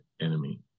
enemy